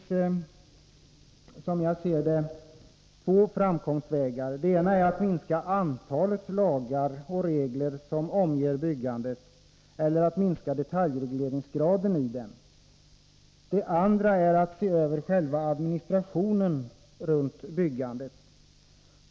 Som jag ser det finns det två framkomstvägar. Den ena är att minska antalet lagar och regler som omger byggandet eller att minska detaljregleringsgraden i dem. Den andra är att se över själva administrationen runt byggandet.